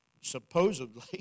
supposedly